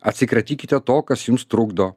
atsikratykite to kas jums trukdo